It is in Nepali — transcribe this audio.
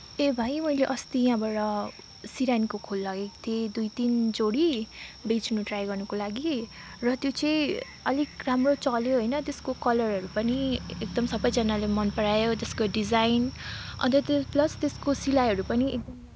ए भाइ मैले अस्ति यहाँबाट सिरानीको खोल लगेको थिएँ दुई तिन जोडी बेच्नु ट्राइ गर्नुको लागि र त्यो चाहिँ अलिक राम्रो चल्यो होइन त्यसको कलरहरू पनि एकदमै सबैजनाले मन परायो त्यसको डिजाइन अनि त त्यो प्लस त्यसको सिलाइहरू पनि एकदमै